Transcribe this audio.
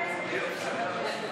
אני יכולה להבין.